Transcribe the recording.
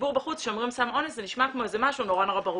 שכשלציבור בחוץ כשאומרים סם אונס זה נשמע כמו איזה משהו נורא ברור.